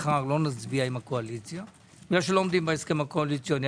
לא נצביע עם הקואליציה כי לא עומדים בהסכם הקואליציוני.